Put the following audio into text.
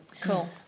Cool